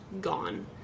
gone